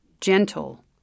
gentle